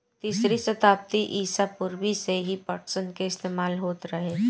तीसरी सताब्दी ईसा पूर्व से ही पटसन के इस्तेमाल होत रहे